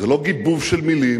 זה לא גיבוב של מלים.